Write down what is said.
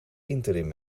interim